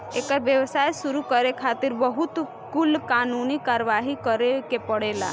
एकर व्यवसाय शुरू करे खातिर बहुत कुल कानूनी कारवाही करे के पड़ेला